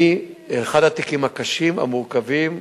זה אחד התיקים הקשים, המורכבים,